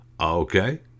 okay